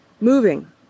Moving